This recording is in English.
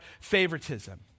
favoritism